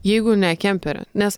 jeigu ne kempery nes